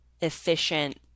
efficient